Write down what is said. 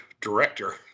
Director